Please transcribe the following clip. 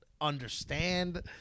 understand